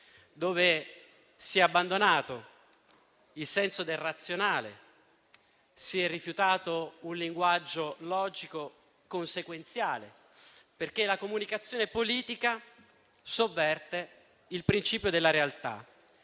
cui si è abbandonato il senso del razionale e si è rifiutato un linguaggio logico-consequenziale, perché la comunicazione politica sovverte il principio della realtà,